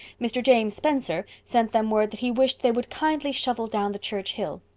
mr. james spencer sent them word that he wished they would kindly shovel down the church hill.